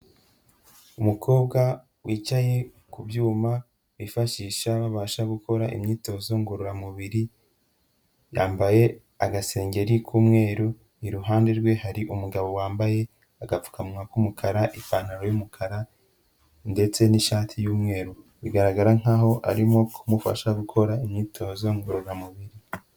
Umukobwa wicaye ku byuma bifashisha babasha gukora imyitozo ngororamubiri, yambaye agasengeri k'umweru, iruhande rwe hari umugabo wambaye agapfukamunwa k'umukara, ipantaro y'umukara ndetse n'ishati y'umweru, bigaragara nk'aho arimo kumufasha gukora imyitozo ngororamubiri.